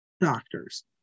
doctors